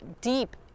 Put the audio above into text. deep